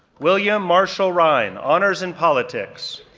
william marshall rhyne, honors in politics,